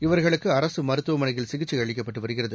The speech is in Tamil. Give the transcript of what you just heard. இவர்களுக்கு அரசு மருத்துவமனையில் சிகிச்சை அளிக்கப்பட்டு வருகிறது